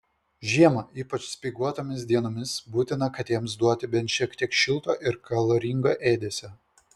žiemą ypač speiguotomis dienomis būtina katėms duoti bent šiek tiek šilto ir kaloringo ėdesio